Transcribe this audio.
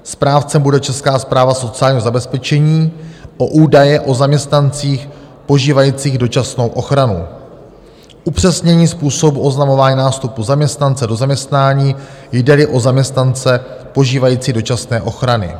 Správcem bude Česká správa sociálního zabezpečení, o údaje o zaměstnancích požívajících dočasnou ochranu, upřesnění způsobu oznamování nástupu zaměstnance do zaměstnání, jdeli o zaměstnance požívající dočasné ochrany.